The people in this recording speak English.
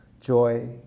joy